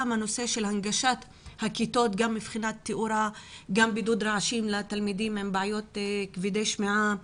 הנגשת הכיתות צריכה להיות גם מבחינת בידוד רעשים עבור ילדים כבדי שמיעה.